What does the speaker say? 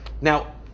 Now